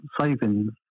savings